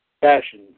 fashion